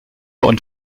und